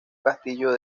castillo